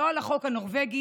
לא על החוק הנורבגי,